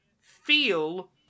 feel